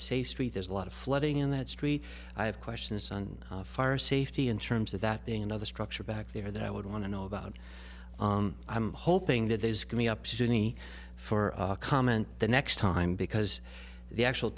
a safe street there's a lot of flooding in that street i have questions on fire safety in terms of that being another structure back there that i would want to know about i'm hoping that there's coming up sunni for comment the next time because the actual